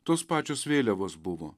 tos pačios vėliavos buvo